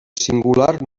singular